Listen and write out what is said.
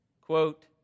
quote